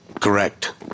Correct